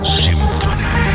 symphony